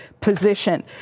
position